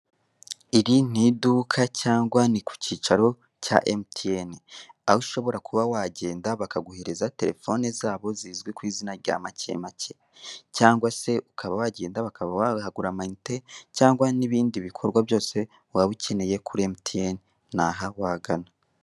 Iri n'iduka cyangwa ni kukicaro cya MTN. Aho ushobora kuba wagenda bakaguhereza telefoni zabo zizwi kw'izina rya make make, cyangwa se ukaba wagenda wahagura ama inite cyangwa se ibindi bikorwa byose waba ukeneye kuri MTN, naha wagana.